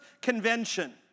convention